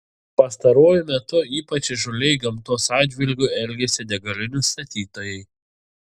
pastaruoju metu ypač įžūliai gamtos atžvilgiu elgiasi degalinių statytojai